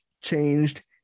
changed